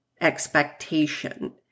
expectation